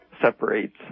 separates